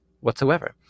whatsoever